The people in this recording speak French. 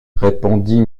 répondit